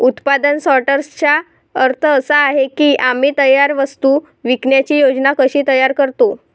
उत्पादन सॉर्टर्सचा अर्थ असा आहे की आम्ही तयार वस्तू विकण्याची योजना कशी तयार करतो